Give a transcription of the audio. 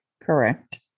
Correct